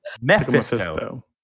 Mephisto